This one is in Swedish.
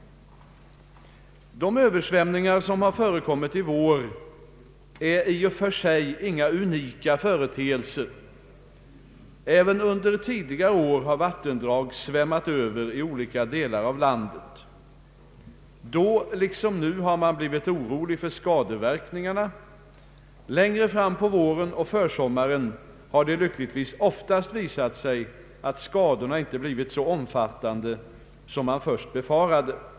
De översvämningar som har förekommit i vår är i och för sig inga unika företeelser. även under tidigare år har vattendrag svämmat över i olika delar av landet. Då liksom nu har man blivit orolig för skadeverkningarna. Längre fram på våren och försommaren har det lyckligtvis oftast visat sig att skadorna inte blivit så omfattande som man först befarade.